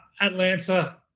Atlanta